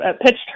pitched